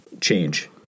change